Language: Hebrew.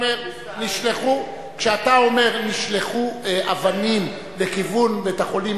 כשאתה אומר שהושלכו אבנים לכיוון בית-החולים